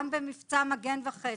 גם במבצע מגן וחץ,